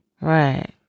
Right